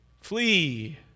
Flee